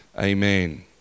Amen